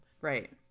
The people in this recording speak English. Right